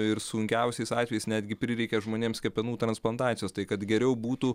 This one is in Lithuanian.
ir sunkiausiais atvejais netgi prireikia žmonėms kepenų transplantacijos tai kad geriau būtų